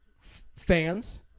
fans